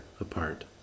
apart